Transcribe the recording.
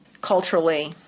culturally